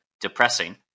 depressing